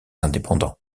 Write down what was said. indépendants